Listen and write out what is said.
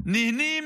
נהנית